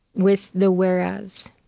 with the whereas